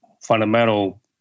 fundamental